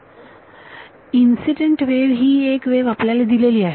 विद्यार्थी incident wave incident wave ही एक वेव्ह आपल्याला दिलेली आहे